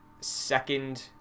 second